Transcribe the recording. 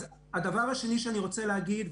הדבר השני שאני רוצה להגיד,